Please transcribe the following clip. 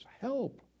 Help